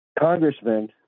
congressman